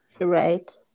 Right